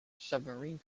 submarine